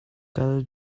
kal